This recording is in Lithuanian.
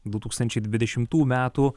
du tūkstančiai dvidešimtų metų